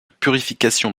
purification